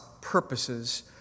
purposes